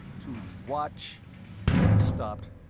to watch i stopped.